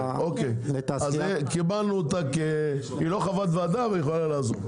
היא לא חברת ועדה, אבל היא יכולה לעזור.